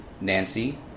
Nancy